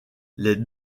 les